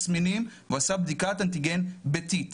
אני מבקשת מנציגי משרד הבריאות להציג את מהות